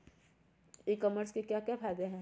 ई commerce के क्या फायदे हैं?